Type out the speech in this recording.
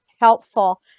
helpful